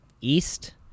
east